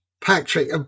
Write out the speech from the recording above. Patrick